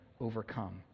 overcome